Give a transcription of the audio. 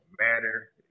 matter